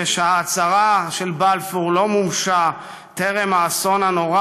ושההצהרה של בלפור לא מומשה טרם האסון הנורא